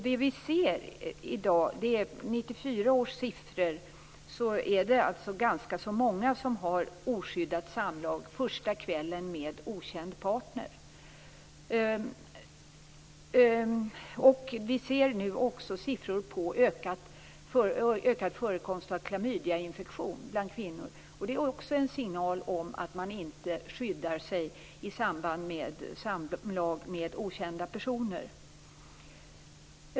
Det vi ser i dag är 1994 års siffror. Det är ganska många som har oskyddat samlag första kvällen med okänd partner. Vi ser nu också siffror på ökad förekomst av klamydiainfektion bland kvinnor. Det är också en signal om att man inte skyddar sig i samband med samlag med okända personer.